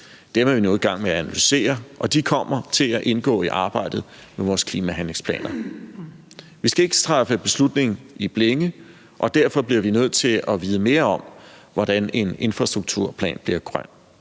Dem er vi nu i gang med at analysere, og de kommer til at indgå i arbejdet med vores klimahandlingsplaner. Vi skal ikke træffe beslutninger i blinde, og derfor bliver vi nødt til at vide mere om, hvordan en infrastrukturplan bliver grøn.